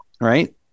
right